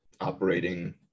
operating